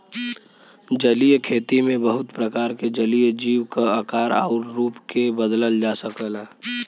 जलीय खेती में बहुत प्रकार के जलीय जीव क आकार आउर रूप के बदलल जा सकला